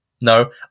no